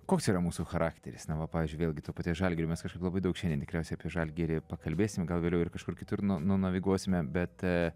koks yra mūsų charakteris na va pavyzdžiui vėlgi to paties žalgirio mes kažkaip labai daug šiandien tikriausiai apie žalgirį pakalbėsim gal vėliau ir kažkur kitur nu nunaviguosime bet